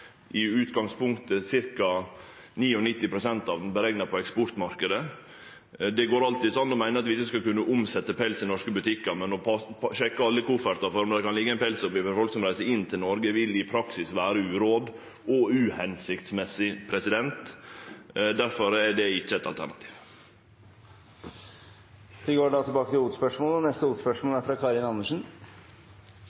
i utgangspunktet ca. 99 pst. berekna på eksportmarknaden. Det går alltid an å meine at vi ikkje skal kunne omsetje pels i norske butikkar, men å sjekke alle koffertane til folk som reiser inn til Noreg, for å sjå om det kan liggje ein pels oppi, vil i praksis vere uråd og ikkje hensiktsmessig. Difor er det ikkje eit alternativ. Vi går videre til neste hovedspørsmål. Mitt spørsmål går til